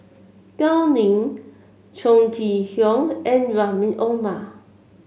Gao Ning Chong Kee Hiong and Rahim Omar